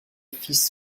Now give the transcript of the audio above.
fils